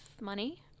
money